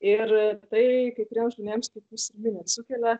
ir tai kai kuriems žmonėms kaip jūs ir minit sukelia